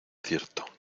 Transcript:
cierto